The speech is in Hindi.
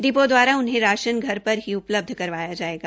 डिपो द्वारा उन्हें राशन घर पर ही उपलब्ध करवाया जायेगा